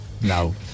no